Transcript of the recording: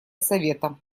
совета